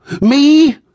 Me